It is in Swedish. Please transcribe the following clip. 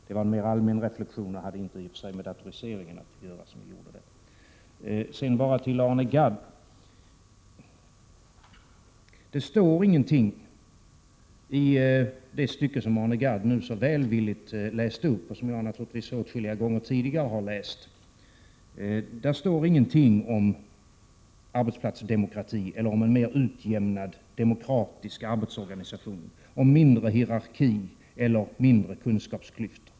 — Det var en mer allmän reflexion som jag på den punkten gjorde; den hade inte i och för sig någonting med datoriseringen att göra. Sedan bara några ord till Arne Gadd. I det stycke som Arne Gadd nu så välvilligt läste upp och som jag naturligtvis har läst åtskilliga gånger tidigare står det ingenting om arbetsplatsdemokrati, om en mer utjämnad, demokratisk arbetsorganisation, om mindre hierarki eller mindre kunskapsklyftor.